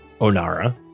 Onara